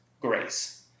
grace